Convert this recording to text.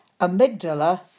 amygdala